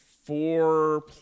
four